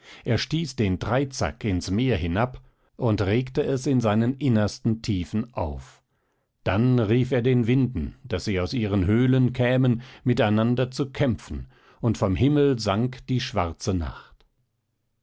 er stieß den dreizack ins meer hinab und regte es in seinen innersten tiefen auf dann rief er den winden daß sie aus ihren höhlen kämen miteinander zu kämpfen und vom himmel sank schwarze nacht